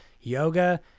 yoga